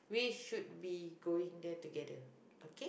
we should be going there together okay